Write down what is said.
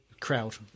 Crowd